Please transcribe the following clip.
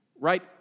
right